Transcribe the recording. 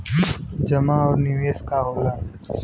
जमा और निवेश का होला?